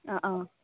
অঁ অঁ